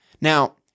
Now